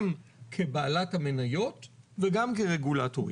גם כבעלת המניות וגם כרגולטורית.